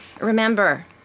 Remember